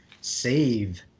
save